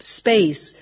space